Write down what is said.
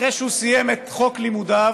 אחרי שהוא סיים את חוק לימודיו,